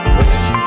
wish